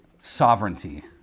sovereignty